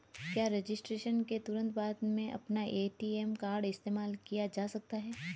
क्या रजिस्ट्रेशन के तुरंत बाद में अपना ए.टी.एम कार्ड इस्तेमाल किया जा सकता है?